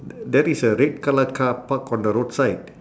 that is a red colour car parked on the road side